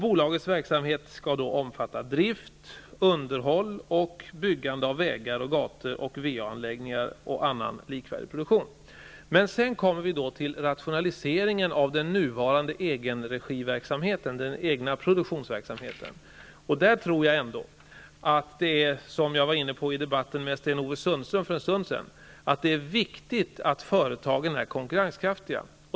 Bolagets verksamhet skall omfatta drift, underhåll, byggande av vägar och gator samt VA-anläggningar och annan likvärdig produktion. Men sedan kommer vi till rationaliseringen av nuvarande egenregiverksamhet, av den egna produktionsverksamheten. Där tror jag ändå att det, och det var jag inne på för en stund sedan i den debatt som jag hade med Sten-Ove Sundström, är viktigt att företagen är konkurrenskraftiga.